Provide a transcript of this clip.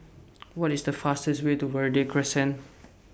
What IS The fastest Way to Verde Crescent